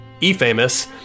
e-famous